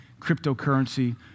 cryptocurrency